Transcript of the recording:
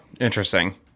Interesting